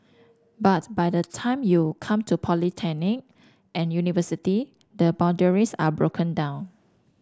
but by the time you come to polytechnic and university the boundaries are broken down